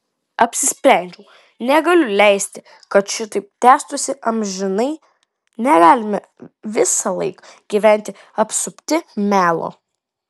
apsisprendžiau negaliu leisti kad šitaip tęstųsi amžinai negalime visąlaik gyventi apsupti melo